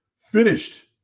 Finished